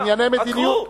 עקרו.